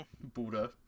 Buddha